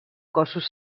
cossos